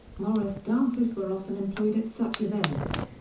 morris dancers were often employed at such events.